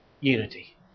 Unity